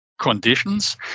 conditions